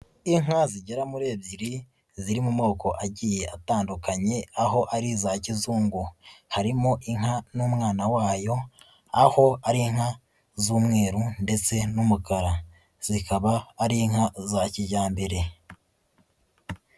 Inka zigera muri ebyiri ziri mu moko agiye atandukanye aho ari iza kizungu, harimo inka n'umwana wayo aho ari inka z'umweru ndetse n'umukara, zikaba ari inka za kijyambere.